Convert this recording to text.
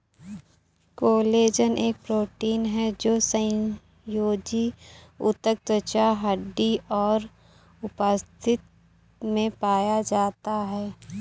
collagen एक protein है जो संयोजी ऊतक, त्वचा, हड्डी और उपास्थि में पाया जाता है